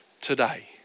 today